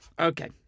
Okay